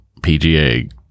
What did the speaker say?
PGA